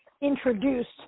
introduced